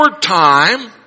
time